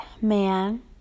man